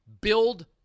Build